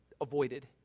avoided